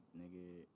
nigga